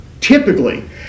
Typically